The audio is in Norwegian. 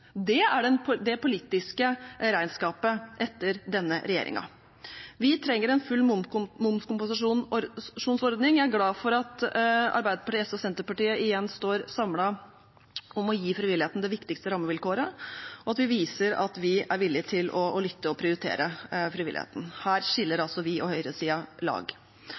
Det er det politiske regnskapet etter denne regjeringen. Vi trenger en full momskompensasjonsordning. Jeg er glad for at Arbeiderpartiet, SV og Senterpartiet igjen står samlet om å gi frivilligheten de viktigste rammevilkårene, og at vi viser at vi er villige til å lytte og prioritere frivilligheten. Her skiller vi og høyresiden lag.